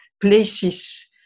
places